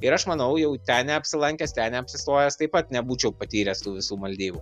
ir aš manau jau ten neapsilankęs ten neapsistojęs taip pat nebūčiau patyręs tų visų maldyvų